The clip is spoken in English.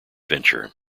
venture